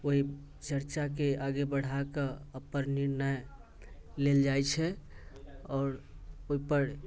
ओहि चर्चाके आगे बढ़ा कऽ अपन निर्णय लेल जाइत छै आओर ओहि पर